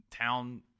town